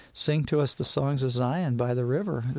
sing to us the songs of zion by the river,